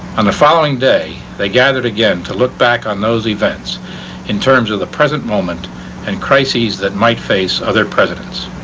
on the following day, they gathered again to look back on those events in terms of the present moment and crises that might face other presidents.